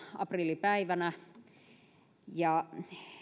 aprillipäivänä ja